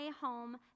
home